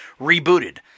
rebooted